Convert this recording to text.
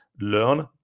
learn